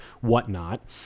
whatnot